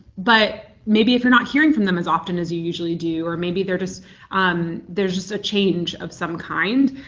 but maybe if you're not hearing from them as often as you usually do or maybe they're just there's just a change of some kind.